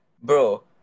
Bro